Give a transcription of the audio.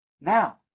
Now